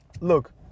look